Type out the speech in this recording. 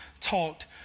talked